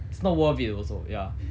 it's not worth it also ya